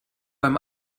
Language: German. beim